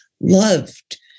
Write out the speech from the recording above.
loved